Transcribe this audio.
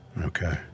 Okay